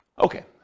Okay